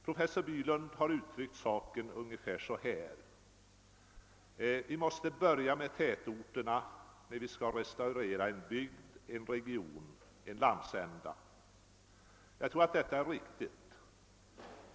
Professor Bylund har uttryckt saken ungefär så här: Vi måste börja med tätorterna när vi skall restaurera en bygd, en region, en landsända. Detta tror jag är riktigt.